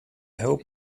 hope